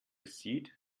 sieht